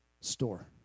store